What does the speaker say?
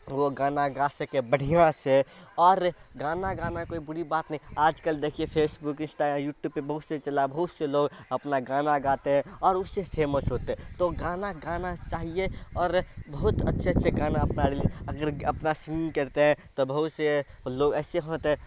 اور وہ گانا گا سکے بڑھیاں سے اور گانا گانا کوئی بری بات نہیں آج کل دیکھیے فیس بک انسٹا یوٹوب پہ بہت سے چلا بہت سے لوگ اپنا گانا گاتے ہیں اور اس سے فیمس ہوتے ہیں تو گانا گانا چاہیے اور بہت اچھے اچھے گانا آپ ہمارے لیے اگر اپنا سنگ کرتے ہیں تو بہت سے لوگ ایسے ہوتے ہیں